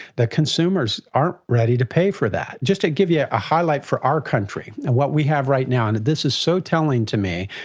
that consumers aren't ready to pay for that. just to give you a highlight for our country and what we have right now, and this is so telling to me,